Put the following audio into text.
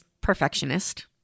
perfectionist